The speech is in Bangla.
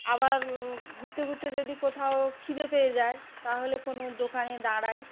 আবার ঘুরতে ঘুরতে যদি কোথাও খিদে পেয়ে যায় তাহলে কোনো দোকানে দাঁড়াই